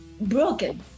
Broken